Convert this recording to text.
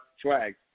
swag